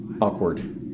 awkward